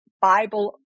Bible